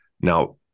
now